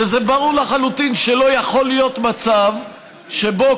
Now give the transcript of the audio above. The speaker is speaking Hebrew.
שברור לחלוטין שלא יכול להיות מצב שבו